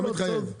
לא מתחייב.